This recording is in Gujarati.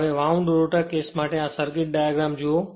હવે વાઉંડ રોટર કેસ માટે આ સર્કિટ ડાયાગ્રામ જુઓ